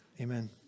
amen